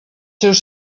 seus